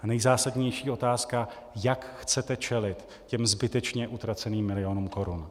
A nejzásadnější otázka jak chcete čelit těm zbytečně utraceným milionům korun?